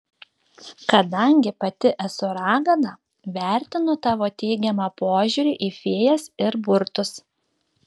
kadangi pati esu ragana vertinu tavo teigiamą požiūrį į fėjas ir burtus